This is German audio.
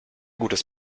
gutes